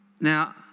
Now